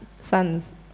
Sons